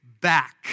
back